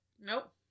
Nope